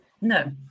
no